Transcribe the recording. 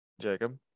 Jacob